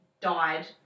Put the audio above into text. died